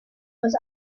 was